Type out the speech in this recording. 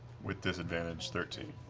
with disadvantage, thirteen.